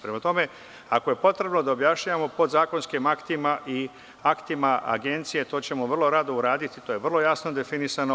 Prema tome, ako je potrebno da objašnjavamo podzakonskim aktima i aktima Agencije, to ćemo vrlo rado uraditi, to je vrlo jasno definisano.